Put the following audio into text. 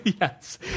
Yes